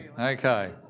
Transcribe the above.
Okay